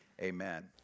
Amen